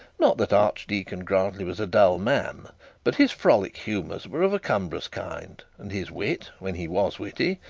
not that archdeacon grantly was a dull man but his frolic humours were of a cumbrous kind and his wit, when he was witty,